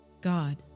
God